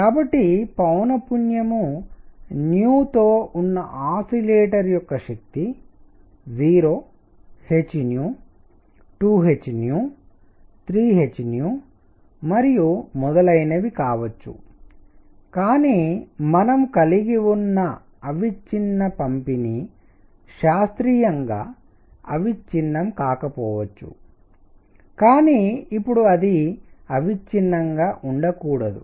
కాబట్టి పౌనఃపున్యం న్యూ తో ఉన్న ఆసిలేటర్ యొక్క శక్తి 0 h 2 h 3 h మరియు మొదలైనవి కావచ్చు కానీ మనం కలిగివున్న అవిచ్ఛిన్న పంపిణీ శాస్త్రీయంగా అవిచ్ఛిన్నం కాకపోవచ్చు కానీ ఇప్పుడు అది అవిచ్ఛిన్నంగా ఉండకూడదు